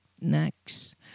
Next